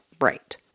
Right